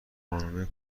خانومه